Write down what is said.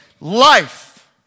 life